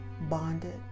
bonded